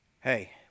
Hey